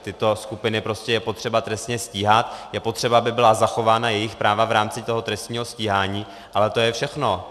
Tyto skupiny je prostě potřeba trestně stíhat, je potřeba, aby byla zachována jejich práva v rámci trestního stíhání, ale to je všechno.